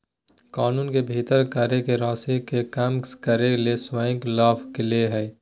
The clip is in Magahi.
कानून के भीतर कर के राशि के कम करे ले स्वयं के लाभ ले हइ